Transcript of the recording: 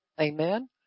Amen